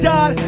God